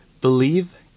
believe